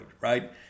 right